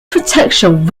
protection